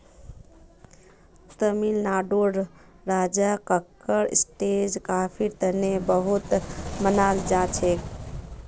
तमिलनाडुर राज कक्कर स्टेट कॉफीर तने बहुत मनाल जाछेक